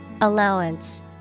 Allowance